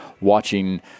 watching